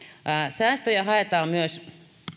säästöjä haetaan myös